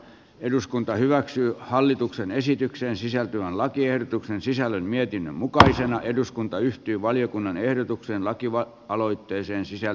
eduskunta hyväksyy hallituksen esitykseen sisältyvän lakiehdotuksen sisällön mietinnön mukaisena eduskunta yhtyi valiokunnan ehdotuksena kiva aloitteiseen sisään